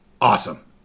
awesome